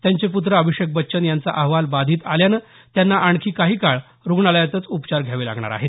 त्यांचे पूत्र अभिषेक बच्चन यांचा अहवाल बाधित आल्यामुळे त्यांना आणखी काही काळ रुग्णालयात उपचार घ्यावे लागणार आहेत